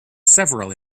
several